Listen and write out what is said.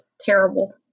terrible